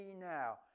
now